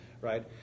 right